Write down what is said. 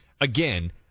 again